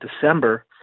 December